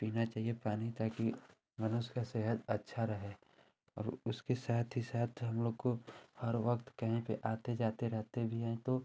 पीना चाहिए पानी ताकि मनुष्य की सेहत अच्छी रहे और उसके साथ ही साथ हमलोग को हर वक्त कहीं पर आते जाते रहते भी हैं तो